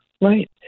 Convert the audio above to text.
Right